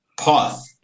path